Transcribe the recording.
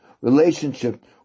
relationship